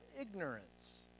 ignorance